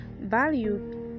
value